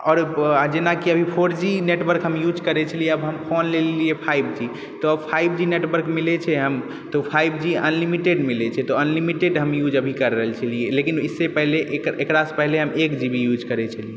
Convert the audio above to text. आओर जेनाकि अभी फोर जी नेटवर्क हम यूज करै छलिया आब हम फोन लेलिया फाइव जी तऽ फाइव जी नेटवर्क मिलै छै तऽ फाइव जी अनलिमिटेड मिलै छै तऽ अनलिमिटेड हम यूज अभी कर रहल छलियै लेकिन इससे पहिले एकरासँ पहिले एक जी बी हम यूज करै छलियै